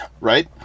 right